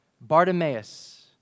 Bartimaeus